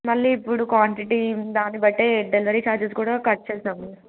మళ్ళీ ఇప్పుడు క్వాంటిటీ దాన్ని బట్టే డెలివరీ ఛార్జెస్ కూడా కట్ చేశాము